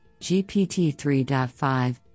GPT-3.5